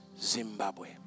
Zimbabwe